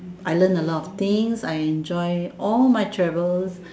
I learn a lot of things I enjoy all my travels